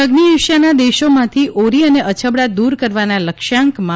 અઝિ એશિયાના દેશોમાંથી ઓરી અને અછબડા દૂર કરવાના લક્ષ્યાંકમાં